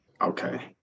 okay